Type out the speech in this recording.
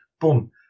Boom